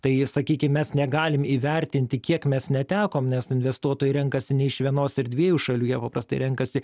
tai sakykim mes negalim įvertinti kiek mes netekom nes investuotojai renkasi ne iš vienos ir dviejų šalių jie paprastai renkasi